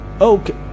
Okay